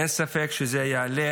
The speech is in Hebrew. אין ספק שזה יעלה